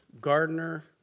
Gardner